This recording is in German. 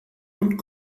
und